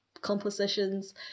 compositions